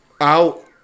out